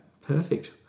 perfect